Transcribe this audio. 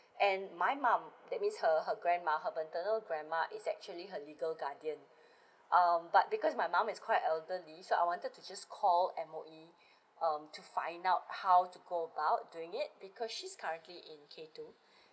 and my mom that means her her grandma her maternal grandma is actually her legal guardian um but because my mom is quite elderly so I wanted to just call M_O_E um to find out how to go about doing it because she's currently in k two